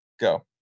go